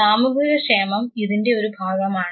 സാമൂഹികക്ഷേമം ഇതിൻറെ ഒരു ഭാഗമാണ്